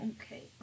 okay